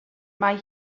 mae